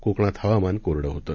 कोकणात हवामान कोरडं होतं